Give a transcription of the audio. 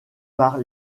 par